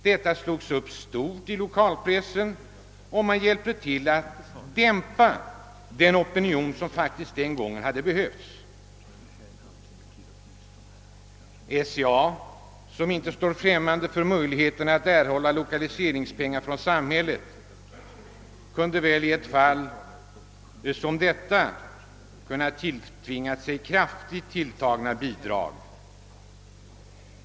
Denna nyhet slogs upp stort i lokalpressen, och man hjälpte till att dämpa den opinion som då faktiskt hade behövts. SCA, som inte står främmande för möjligheterna att erhålla lokaliseringspengar från samhället, kunde väl i ett fall som detta ha tilltvingat sig kraftigt tilltagna bidrag.